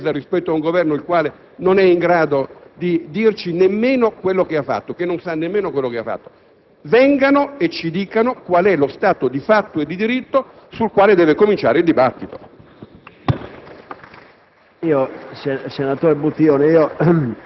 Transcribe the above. Signor Presidente, anche lei, non svolga una funzione di supplenza rispetto ad un Governo che non è in grado di dirci nemmeno quello che ha fatto, che non sa quello che ha fatto. Vengano in Aula e ci dicano qual è lo stato di fatto e di diritto sul quale deve cominciare il dibattito.